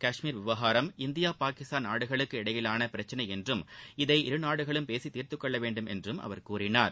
கஷ்மீர் விவகாரம் இந்தியா பாகிஸ்தான் நாடுகளுக்கு இடையேயான பிரச்சினை என்றும் இதை இரு நாடுகளும் பேசி தீர்த்துக் கொள்ள வேண்டும் என்றும் கூறினார்